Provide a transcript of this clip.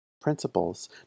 principles